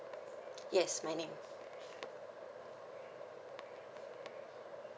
yes my name